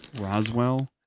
Roswell